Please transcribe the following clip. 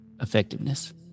effectiveness